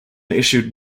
issued